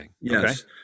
Yes